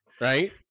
right